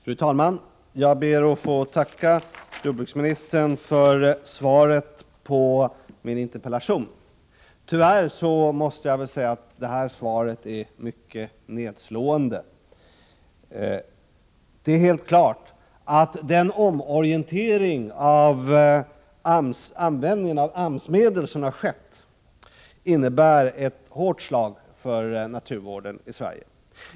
Fru talman! Jag ber att få tacka jordbruksministern för svaret på min interpellation. Tyvärr måste jag säga att svaret är mycket nedslående. Det är helt klart att den omorientering av användningen av AMS-medel som har skett innebär ett hårt slag för naturvården i Sverige.